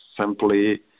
simply